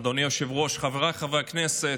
אדוני היושב-ראש, חבריי חברי הכנסת,